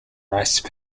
rice